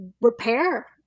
repair